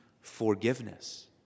forgiveness